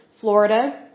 Florida